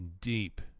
deep